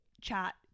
chat